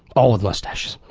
all with mustaches.